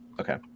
Okay